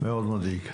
מאוד מדאיג.